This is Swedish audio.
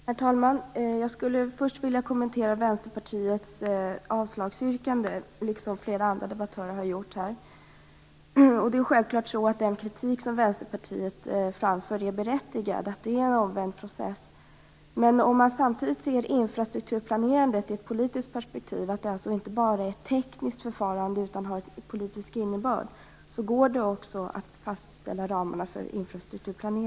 Herr talman! Jag vill först i likhet med flera andra debattörer kommentera Vänsterpartiets avslagsyrkande. Den kritik som Vänsterpartiet framför är självfallet berättigad. Det här är en omvänd process. Men om man samtidigt ser infrastrukturplaneringen i ett politiskt perspektiv - att det inte bara är ett tekniskt förfarande utan att det också har en politisk innebörd - går det att fastställa ramarna.